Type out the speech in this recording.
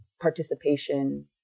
participation